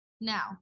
Now